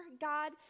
God